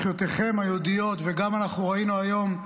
אחיותיכם היהודיות, וגם אנחנו ראינו היום,